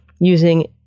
using